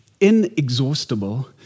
inexhaustible